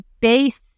base